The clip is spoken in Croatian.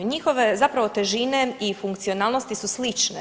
I njihove zapravo težine i funkcionalnosti su slične.